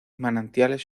manantiales